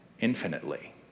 infinitely